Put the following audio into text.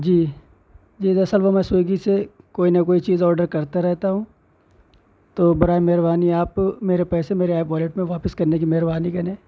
جی جی دراصل وہ میں نے سویگی سے کوئی نہ کوئی چیز آڈر کرتا رہتا ہوں تو برائے مہربانی آپ میرے پیسے میرے ایپ والیٹ میں واپس کرنے کی مہربانی کریں